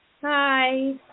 Hi